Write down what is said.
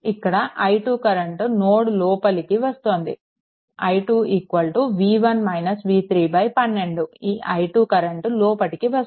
ఇక్కడ i2 current node లోపలికి వస్తోంది i 2 12 ఈ i2 కరెంట్ లోపటికి వస్తోంది